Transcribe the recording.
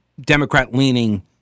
Democrat-leaning